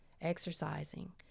exercising